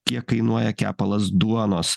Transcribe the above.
kiek kainuoja kepalas duonos